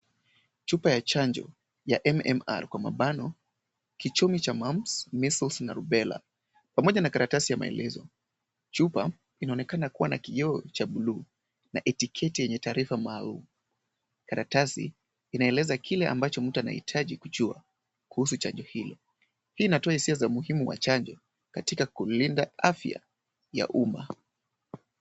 Chupa ya chanjo ya MMR kwa mabano, kichumi cha mumps, measles na rubella pamoja na karatasi ya maelezo. Chupa inaonekana kuwa na kioo cha bluu na itiketi yenye taarifa maalum. Karatasi inaeleza kile ambacho mtu anahitaji kujua kuhusu chanjo hilo. Hii inatoa hisia za umuhimu wa chanjo katika kulinda afya ya umma.